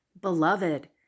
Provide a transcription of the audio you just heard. Beloved